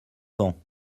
vents